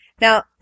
Now